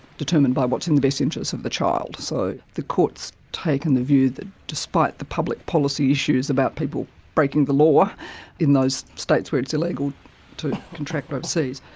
determined by what's in the best interests of the child. so the court has taken the view that despite the public policy issues about people breaking the law in those states where it's illegal to contract overseas,